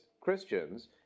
Christians